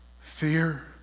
fear